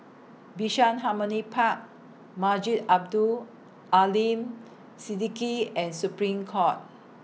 Bishan Harmony Park Masjid Abdul Aleem Siddique and Supreme Court